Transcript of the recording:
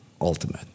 ultimate